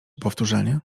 powtórzenie